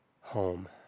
home